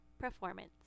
performance